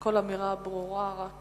שכל אמירה ברורה רק